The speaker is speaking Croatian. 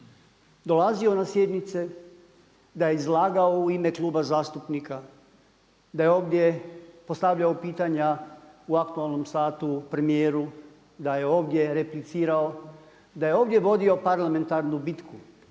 dolazio na sjednice, da ja izlagao u ime kluba zastupnika, da je ovdje postavljao pitanja u aktualnom satu premijeru, da je ovdje replicirao, da je ovdje vodio parlamentarnu bitku